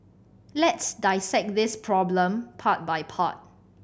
let's dissect this problem part by part